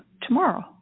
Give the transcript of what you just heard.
tomorrow